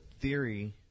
theory